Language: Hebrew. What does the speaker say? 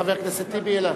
חבר הכנסת טיבי העלה?